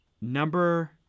Number